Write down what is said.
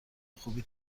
خوبی